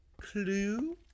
clue